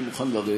אני מוכן לרדת,